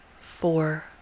Four